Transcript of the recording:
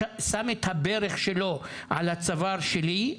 שם את הברך שלו על הצוואר שלי,